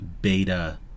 beta